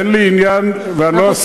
אין לי עניין ואני לא אסתיר פה שום דבר.